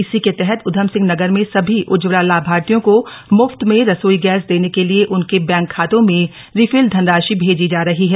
इसी का तहत उधम सिंह नगर में सभी उज्जवला लाभार्थियों को मुफ्त में रसोई गैस दक्ष का लिए उनका बैंक खातों में रीफिल धनराशि भक्ती जा रही है